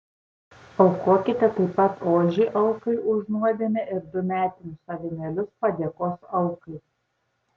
aukokite taip pat ožį aukai už nuodėmę ir du metinius avinėlius padėkos aukai